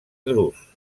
drus